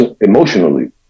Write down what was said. emotionally